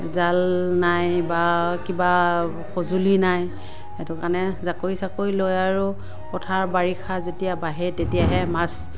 জাল নাই বা কিবা সঁজুলি নাই সেইটো কাৰণে জাকৈ চাকৈ লৈ আৰু পথাৰ বাৰিষা যেতিয়া বাঢ়ে তেতিয়াহে মাছ